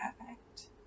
perfect